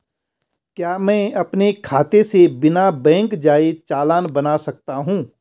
क्या मैं अपने खाते से बिना बैंक जाए चालान बना सकता हूँ?